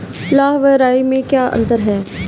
लाह व राई में क्या अंतर है?